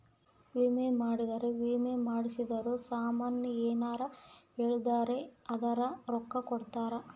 ವಿಮೆ ಮಾಡ್ಸಿದ್ರ ವಿಮೆ ಮಾಡ್ಸಿರೋ ಸಾಮನ್ ಯೆನರ ಹಾಳಾದ್ರೆ ಅದುರ್ ರೊಕ್ಕ ಕೊಡ್ತಾರ